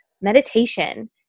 meditation